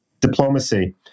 diplomacy